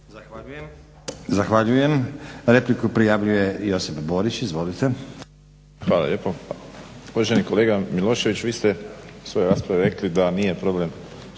Zahvaljujem. Repliku prijavljuje Josip Borić, izvolite. **Borić, Josip (HDZ)** Hvala lijepo. Uvaženi kolega Milošević vi ste u svojoj raspravi rekli da nije problem